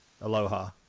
Aloha